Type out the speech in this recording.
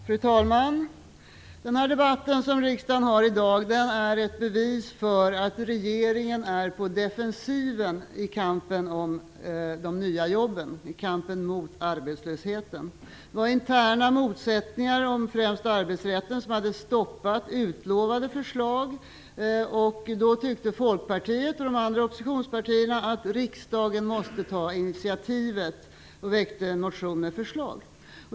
Fru talman! Dagens debatt i riksdagen är ett bevis för att regeringen är på defensiven i kampen om de nya jobben och i kampen mot arbetslösheten. Det var interna motsättningar om främst arbetsrätten som stoppade utlovade förslag. Folkpartiet och de andra oppositionspartierna tyckte då att riksdagen måste ta initiativet och väckte en motion med förslag.